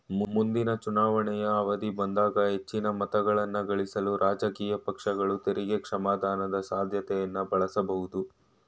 ಮುಂದಿನ ಚುನಾವಣೆಯ ಅವಧಿ ಬಂದಾಗ ಹೆಚ್ಚಿನ ಮತಗಳನ್ನಗಳಿಸಲು ರಾಜಕೀಯ ಪಕ್ಷಗಳು ತೆರಿಗೆ ಕ್ಷಮಾದಾನದ ಸಾಧ್ಯತೆಯನ್ನ ಬಳಸಬಹುದು